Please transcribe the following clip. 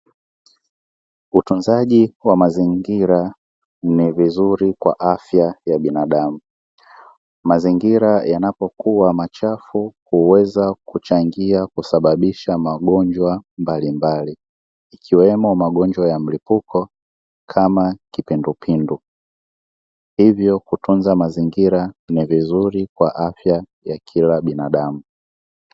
Utunzaji wa mazingira ni vizuri kwa afya ya binadamu, mazingira yanapokua machafu huweza kuchangia kusababisha magonjwa mbalimbali ikiwemo magonjwa ya mlipuko kama kipindupindu. Hivyo kutunza mazingira ni vizuri kwa afya ya kila binadamu.